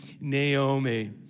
Naomi